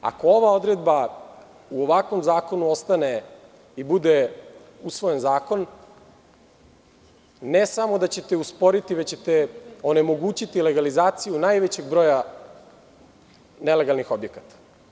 Ako ova odredba u ovakvom zakonu ostane i bude usvojen zakon, ne samo da ćete usporiti, već ćete onemogućiti legalizaciju najvećeg broja nelegalnih objekata.